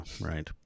right